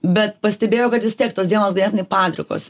bet pastebėjau kad vis tiek tos dienos ganėtinai padrikos